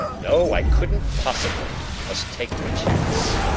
no, i couldn't possibly. you must take your chance.